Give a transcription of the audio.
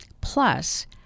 Plus